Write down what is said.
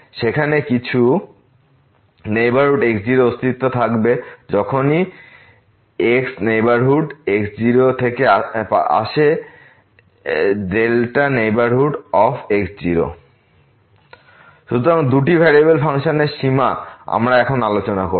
সেখানে কিছু নেইবারহুড x0অস্তিত্ব থাকবে যখন ই x নেইবারহুড x0 থেকে আশে নেইবারহুড অফ x0 সুতরাং দুটি ভেরিয়েবলের ফাংশনের সীমা আমরা এখন আলোচনা করব